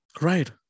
Right